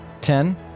Ten